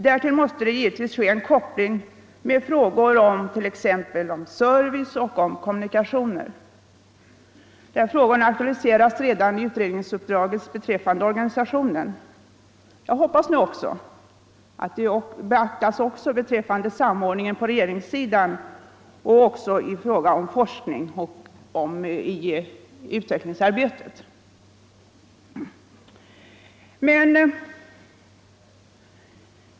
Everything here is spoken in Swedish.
Därtill måste det givetvis ske en koppling med frågor som rör t.ex. service och kommunikationer, som aktualiserats redan i utredningsuppdraget beträffande organisationen. Jag hoppas nu att detta behov av koppling beaktas när det gäller samordningen på regeringssidan och i fråga om forskning och utredningsarbete.